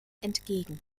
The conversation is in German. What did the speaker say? entgegen